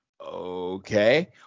Okay